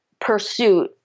pursuit